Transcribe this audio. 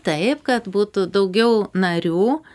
taip kad būtų daugiau narių